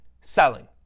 selling